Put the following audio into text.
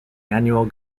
annual